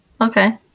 Okay